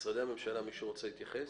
משרדי הממשלה, מישהו רוצה להתייחס?